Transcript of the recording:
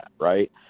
right